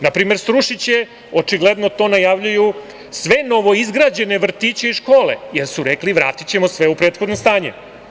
Na primer, srušiće, očigledno to najavljuju, sve novoizgrađene vrtiće i škole, jer su rekli - vratićemo sve u prethodno stanje.